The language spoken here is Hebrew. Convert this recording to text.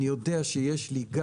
ואני יודע שיש לי,